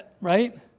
right